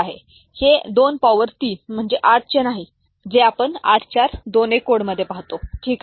हे 2 पॉवर 3 8 चे नाही जे आपण 8421 कोड पाहतो ठीक आहे